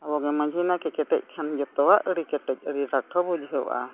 ᱟᱵᱚ ᱜᱮ ᱢᱟᱹᱡᱷᱤ ᱱᱟᱭᱠᱮ ᱠᱮᱴᱮᱡ ᱠᱷᱟᱱ ᱡᱚᱛᱚᱣᱟᱜ ᱟᱹᱰᱤ ᱠᱮᱴᱮᱡ ᱟᱹᱰᱤ ᱨᱟᱴᱷᱚ ᱵᱩᱡᱷᱟᱹᱜᱼᱟ